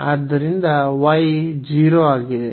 ಆದ್ದರಿಂದ y 0 ಆಗಿದೆ